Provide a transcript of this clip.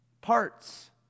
parts